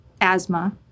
asthma